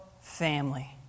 family